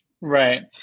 Right